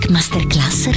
Masterclass